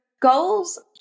goals